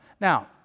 Now